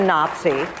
Nazi